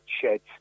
sheds